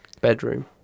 bedroom